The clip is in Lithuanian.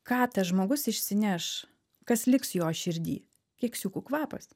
ką tas žmogus išsineš kas liks jo širdy keksiukų kvapas